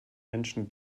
menschen